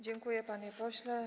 Dziękuję, panie pośle.